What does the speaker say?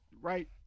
right